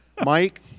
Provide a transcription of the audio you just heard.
Mike